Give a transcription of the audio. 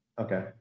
Okay